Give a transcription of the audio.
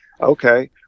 Okay